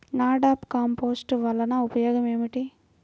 NADEP compost వలన ఉపయోగం ఏమిటి?